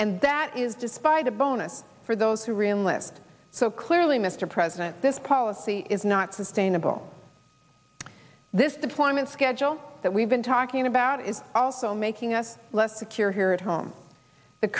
and that is despite a bonus for those who realist so clearly mr president this policy is not sustainable this deployment schedule that we've been talking about is also making us less secure here at home the